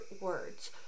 words